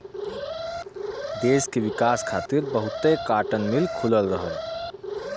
देस के विकास खातिर बहुते काटन मिल खुलल रहे